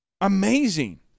Amazing